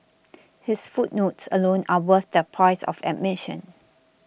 his footnotes alone are worth the price of admission